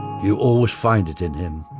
you always find it in him.